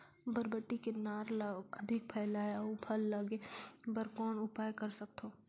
बरबट्टी के नार ल अधिक फैलाय अउ फल लागे बर कौन उपाय कर सकथव?